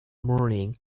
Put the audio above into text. morning